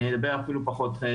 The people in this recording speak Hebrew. אני אדבר אפילו פחות.